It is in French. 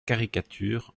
caricatures